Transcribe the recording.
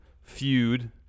feud